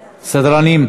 סדרנים,